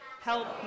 help